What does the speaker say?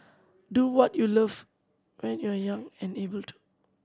do what you love when you are young and able to